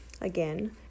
Again